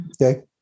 Okay